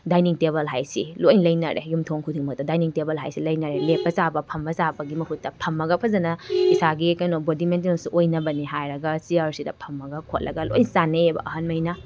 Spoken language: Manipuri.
ꯗꯥꯏꯅꯤꯡ ꯇꯦꯕꯜ ꯍꯥꯏꯁꯤ ꯂꯣꯏ ꯂꯩꯅꯔꯦ ꯌꯨꯝꯊꯣꯡ ꯈꯨꯗꯤꯡꯃꯛꯇ ꯗꯥꯏꯅꯤꯡ ꯇꯦꯕꯜ ꯍꯥꯏꯁꯤ ꯂꯩꯅꯔꯦ ꯂꯦꯞꯄ ꯆꯥꯕ ꯐꯝꯃ ꯆꯥꯕꯒꯤ ꯃꯍꯨꯠꯇ ꯐꯝꯃꯒ ꯐꯖꯅ ꯏꯁꯥꯒꯤ ꯀꯩꯅꯣ ꯕꯣꯗꯤ ꯃꯦꯟꯇꯦꯟꯁꯨ ꯑꯣꯏꯅꯕꯅꯦ ꯍꯥꯏꯔꯒ ꯆꯤꯌꯔꯁꯤꯗ ꯐꯝꯃꯒ ꯈꯣꯠꯂꯒ ꯂꯣꯏ ꯆꯥꯅꯩꯑꯕ ꯑꯍꯟꯉꯩꯅ